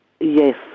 Yes